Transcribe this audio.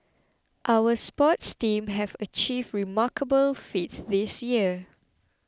our sports teams have achieved remarkable feats this year